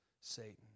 Satan